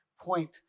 point